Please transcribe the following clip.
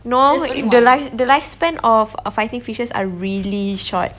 no the life the life span of uh fighting fishes are really short